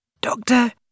Doctor